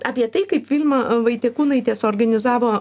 apie tai kaip vilma vaitiekūnaitė suorganizavo